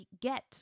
get